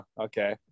okay